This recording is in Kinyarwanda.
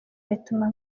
bituma